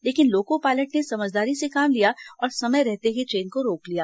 लेकिन loco pilot ने समझदारी से काम लिया और समय रहते ही ट्रेन को रोक लिया